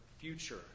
future